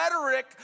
rhetoric